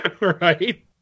Right